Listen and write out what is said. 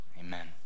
Amen